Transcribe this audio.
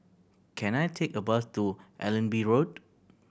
can I take a bus to Allenby Road